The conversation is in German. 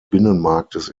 binnenmarktes